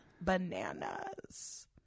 bananas